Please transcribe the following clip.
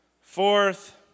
Fourth